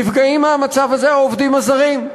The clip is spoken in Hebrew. נפגעים מהמצב הזה העובדים הזרים.